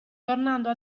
tornando